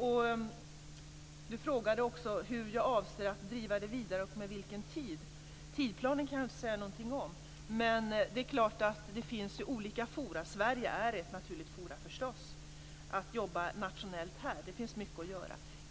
Inga Berggren frågade också hur jag avser att driva det hela vidare och med vilken tidplan. Jag kan inte säga någonting om tidplanen, men det finns ju olika forum. Sverige är ett naturligt forum för ett nationellt arbete. Det finns mycket att göra här.